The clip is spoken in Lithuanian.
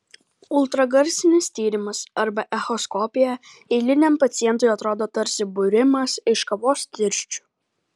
ultragarsinis tyrimas arba echoskopija eiliniam pacientui atrodo tarsi būrimas iš kavos tirščių